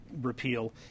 repeal